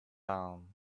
down